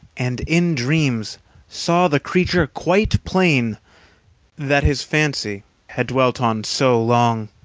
and in dreams saw the creature quite plain that his fancy had dwelt on so long.